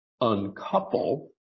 uncouple